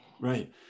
Right